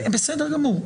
בסדר גמור.